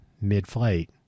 mid-flight